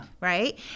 right